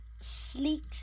sleet